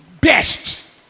best